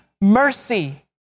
mercy